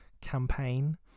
campaign